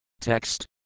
Text